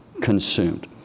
consumed